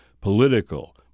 political